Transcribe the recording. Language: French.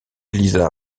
lisa